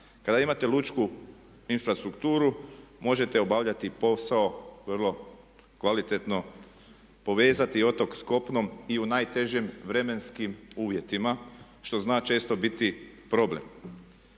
kada imate lučku infrastrukturu možete obavljati posao vrlo kvalitetno, povezati otok s kopnom i u najtežim vremenskim uvjetima što zna često biti problem.